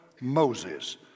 Moses